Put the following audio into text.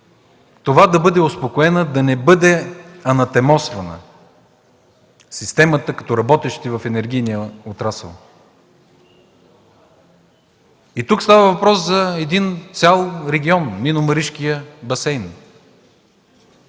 да бъде успокоена, да не бъде анатемосвана – системата, като работещи в енергийния отрасъл. Тук става въпрос за един цял регион – мините от Маришкия басейн,